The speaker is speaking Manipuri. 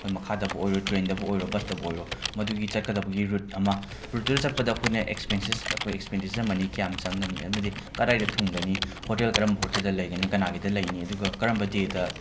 ꯃꯈꯥꯗꯕꯨ ꯑꯣꯏꯔꯣ ꯇ꯭ꯔꯦꯟꯗꯕꯨ ꯑꯣꯏꯔꯣ ꯕꯁꯇꯕꯨ ꯑꯣꯏꯔꯣ ꯃꯗꯨꯒꯤ ꯆꯠꯀꯗꯕꯒꯤ ꯔꯨꯠ ꯑꯃ ꯔꯨꯠꯇꯨꯗ ꯆꯠꯄꯗ ꯑꯩꯈꯣꯏꯅ ꯑꯦꯛꯁꯄꯦꯟꯁꯦꯁ ꯑꯩꯈꯣꯏ ꯑꯦꯛꯁꯄꯦꯟꯗꯤꯆꯔ ꯑꯃꯅꯤ ꯀꯌꯥꯝ ꯆꯪꯒꯅꯤ ꯑꯃꯗꯤ ꯀꯗꯥꯏꯗ ꯊꯨꯡꯒꯅꯤ ꯍꯣꯇꯦꯜ ꯀꯔꯝꯕ ꯍꯣꯇꯦꯜꯗ ꯂꯩꯒꯅꯤ ꯀꯅꯥꯒꯤꯗ ꯂꯩꯅꯤ ꯑꯗꯨꯒ ꯀꯔꯝꯕ ꯗꯦꯗ